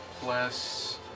Plus